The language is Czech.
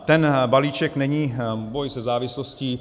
Ten balíček není boj se závislostí.